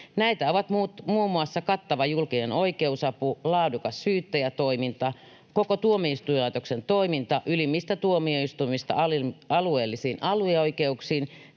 Näitä ovat muut muun muassa kattava julkinen oikeusapu, laadukas syyttäjätoiminta, koko tuomioistuinlaitoksen toiminta ylimmistä tuomioistuimista alueellisiin alioikeuksiin,